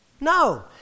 No